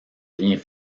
rien